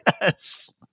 Yes